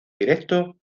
directo